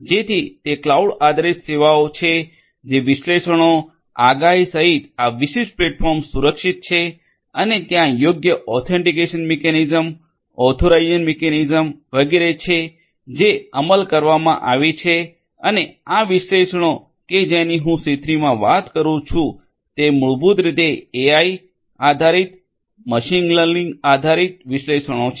જેથી તે ક્લાઉડ આધારિત સેવાઓ છે જે વિશ્લેષણો આગાહી સહિત આ વિશિષ્ટ પ્લેટફોર્મ સુરક્ષિત છે અને ત્યાં યોગ્ય ઓથેંટીકેશન મિકેનિઝમ્સ ઓથોરાઇઝેશન મિકેનિઝમ્સ વગેરે છે જે અમલ કરવામાં આવી છે અને આ વિશ્લેષણો કે જેની હું C3 માં વાત કરું છું તે મૂળભૂત રીતે એઆઈ આધારિત મશીન લર્નિંગ આધારિત વિશ્લેષણો છે